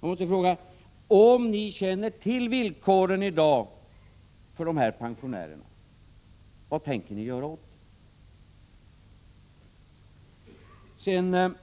Jag måste fråga: Om ni känner till villkoren i dag för dessa pensionärer, vad tänker ni göra åt dem?